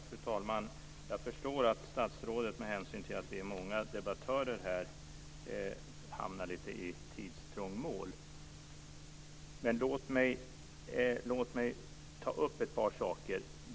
Fru talman! Jag förstår att statsrådet med hänsyn till att vi är många debattörer här hamnar lite i tidstrångmål. Låt mig ta upp ett par saker.